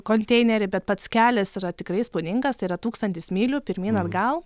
konteineriai bet pats kelias yra tikrai įspūdingas tai yra tūkstantis mylių pirmyn atgal